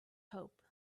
hope